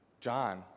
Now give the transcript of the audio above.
John